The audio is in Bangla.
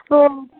ও